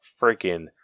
freaking